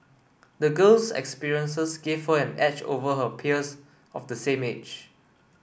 the girl's experiences gave her an edge over her peers of the same age